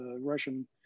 Russian